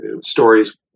stories